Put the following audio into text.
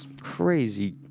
crazy